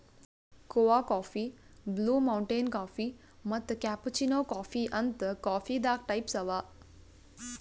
ಕೋಆ coffee, Blue Mountain coffee ಮತ್ತ್ cappuccino coffee ಅಂತ್ ಕಾಫೀದಾಗ್ ಟೈಪ್ಸ್ ಅವಾ